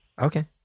Okay